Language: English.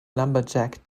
lumberjack